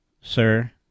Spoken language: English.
sir